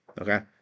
okay